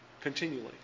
continually